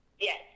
Yes